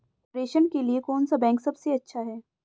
प्रेषण के लिए कौन सा बैंक सबसे अच्छा है?